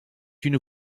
une